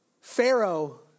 Pharaoh